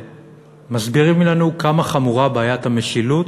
מסבירים לנו כמה חמורה בעיית המשילות